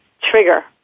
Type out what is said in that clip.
trigger